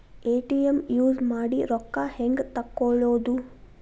ATM use ಮಾಡಿ ರೊಕ್ಕ ಹೆಂಗೆ ತಕ್ಕೊಳೋದು?